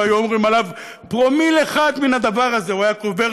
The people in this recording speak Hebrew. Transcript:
לו היו אומרים עליו פרומיל אחד מן הדבר הזה הוא היה קובר